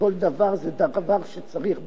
כל דבר זה דבר שצריך בדיקה,